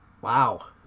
Wow